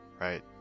right